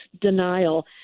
denial